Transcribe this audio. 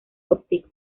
óptico